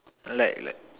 like like